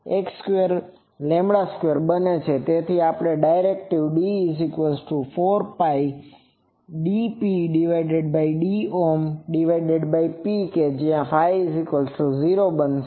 તેથી directivity D 4 dPdPr કે જ્યાં φ૦ બનશે